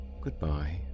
Goodbye